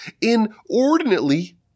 inordinately